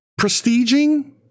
prestiging